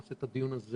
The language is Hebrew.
נעשה את הדיון הזה